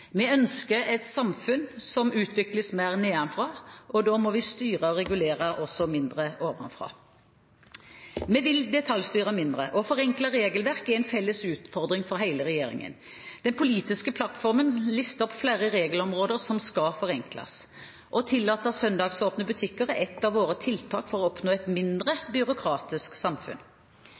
Vi ønsker et samfunn som utvikles mer nedenfra. Da må vi også styre og regulere mindre ovenfra. Vi vil detaljstyre mindre. Å forenkle regelverk er en felles utfordring for hele regjeringen. Den politiske plattformen lister opp flere regelområder som skal forenkles. Å tillate søndagsåpne butikker er ett av våre tiltak for å oppnå et mindre byråkratisk samfunn.